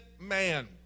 man